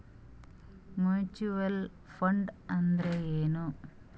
Mutual fund ಅಂದ್ರೆನ್ರಿ?